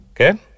okay